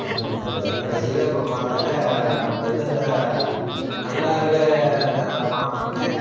என்ன பண்ணுறது கடைசியில் அப்புறம் பார்த்தாக்கா நமக்கு ஏதும் இந்த கல்லாரில் இந்த பழப்பண்ணை